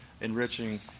enriching